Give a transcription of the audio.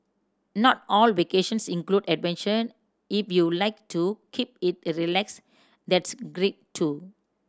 not all vacations include adventure if you like to keep it a relaxed that's great too